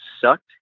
sucked